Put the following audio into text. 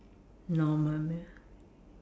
normal meal